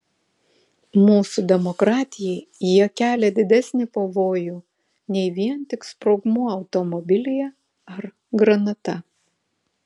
mūsų demokratijai jie kelia didesnį pavojų nei vien tik sprogmuo automobilyje ar granata